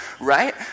Right